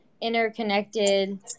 interconnected